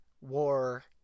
war